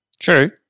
True